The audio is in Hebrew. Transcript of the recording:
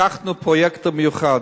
לקחנו פרויקטור מיוחד,